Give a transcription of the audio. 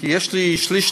כי יש לי שליש-שליש-שליש,